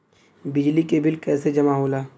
बिजली के बिल कैसे जमा होला?